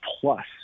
plus